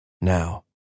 now